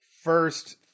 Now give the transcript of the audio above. first